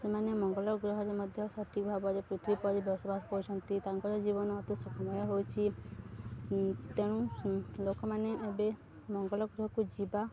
ସେମାନେ ମଙ୍ଗଳ ଗ୍ରହରେ ମଧ୍ୟ ସଠିକ୍ ଭାବରେ ପୃଥିବୀ ପରି ବସବାସ କରୁଛନ୍ତି ତାଙ୍କର ଜୀବନ ଅତି ସୁଖମୟ ହୋଉଛିି ତେଣୁ ଲୋକମାନେ ଏବେ ମଙ୍ଗଳ ଗ୍ରହକୁ ଯିବା